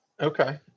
Okay